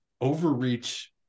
overreach